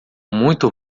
muito